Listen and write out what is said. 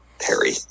Perry